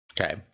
Okay